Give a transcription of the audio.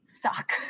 suck